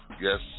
Yes